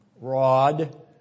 rod